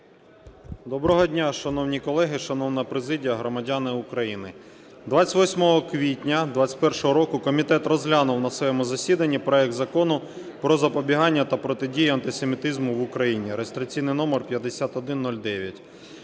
Доброго дня, шановні колеги, шановна президія, громадяни України! 28 квітня 21-го року комітет розглянув на своєму засіданні проект Закону про запобігання та протидію антисемітизму в Україні (реєстраційний номер 5109).